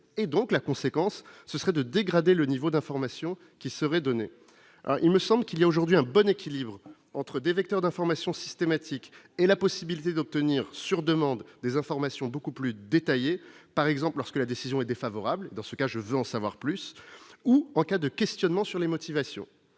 et donc la conséquence, ce serait de dégrader le niveau d'information qui serait donnée, alors il me semble qu'il y a aujourd'hui un bon équilibre entre des vecteurs d'information systématique et la possibilité d'obtenir sur demande des informations beaucoup plus détaillé par exemple, lorsque la décision est défavorable, dans ce cas, je veux en savoir plus, ou en cas de questionnement sur les motivations,